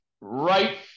right